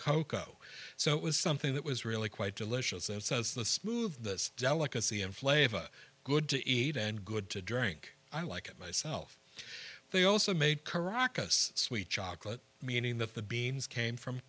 cocoa so it was something that was really quite delicious and says the smooth delicacy in flavor good to eat and good to drink i like it myself they also made caracas sweet chocolate meaning that the beans came from